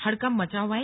हड़कंप मचा हुआ है